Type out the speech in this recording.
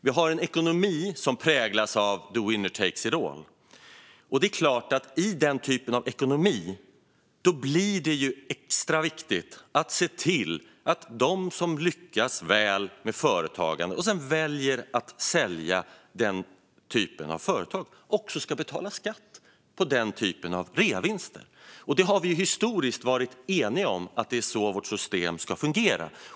Vi har en ekonomi som präglas av the winner takes it all. I en sådan ekonomi blir det extra viktigt att se till att de som lyckas väl med företagande och väljer att sälja sitt företag också ska betala skatt på sin reavinst. Historiskt har vi varit eniga om att det är så här vårt system ska fungera.